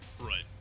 Right